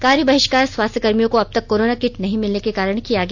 कार्य बहिष्कार स्वास्थ कर्मियों को अब तक कोरोना किट नहीं मिलने के कारण किया गया